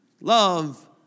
Love